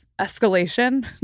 escalation